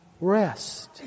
rest